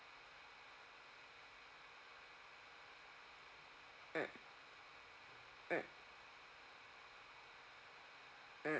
mm mm mm